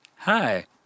Hi